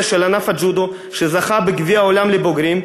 של ענף הג'ודו שזכה בגביע העולם לבוגרים,